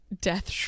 Death